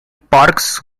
parks